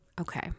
Okay